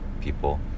people